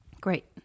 Great